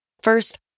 First